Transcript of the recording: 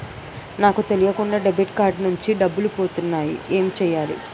నాకు తెలియకుండా debit card నుంచి డబ్బులు పోతున్నాయి ఎం చెయ్యాలి?